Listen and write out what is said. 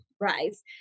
RISE